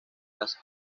las